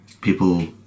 people